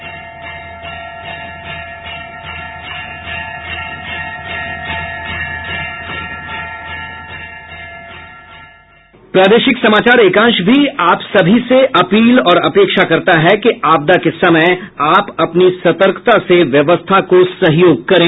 bite प्रादेशिक समाचार एकांश भी आप सभी से अपील और अपेक्षा करता है कि आपदा के समय आप अपनी सतर्कता से व्यवस्था को सहयोग करें